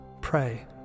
Pray